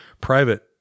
private